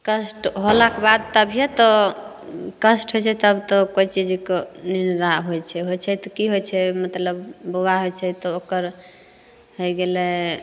कष्ट होलाक बाद तभिये तऽ कष्ट होइ छै तब तऽ कोइ चीजके निन्दा होइ छै तऽ की होइ छै मतलब बौआ होइ छै तऽ ओकर होइ गेलय